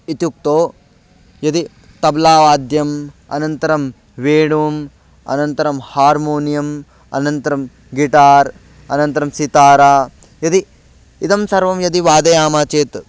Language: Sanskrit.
इत्युक्तौ यदि तब्लावाद्यम् अनन्तरं वेणुम् अनन्तरं हार्मोनियम् अनन्तरं गिटार् अनन्तरं सितारा यदि इदं सर्वं यदि वादयामः चेत्